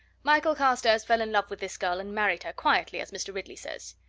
michael carstairs fell in love with this girl and married her, quietly as mr. ridley says,